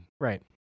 right